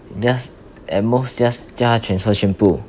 just at most just 叫她 transfer 全部